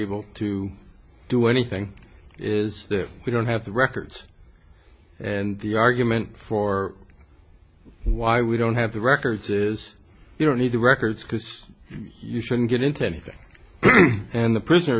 able to do anything is that we don't have the records and the argument for why we don't have the records is you don't need the records because you shouldn't get into anything and the